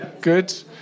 Good